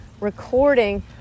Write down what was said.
recording